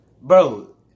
Bro